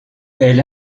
elle